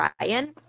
ryan